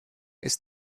ist